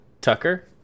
Tucker